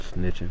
Snitching